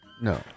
No